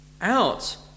out